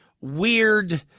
weird